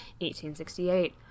1868